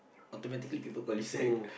automatically people call you Zack